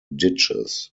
ditches